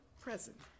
present